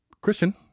Christian